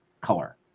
color